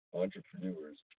entrepreneurs